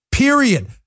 period